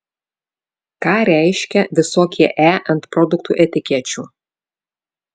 ką reiškia visokie e ant produktų etikečių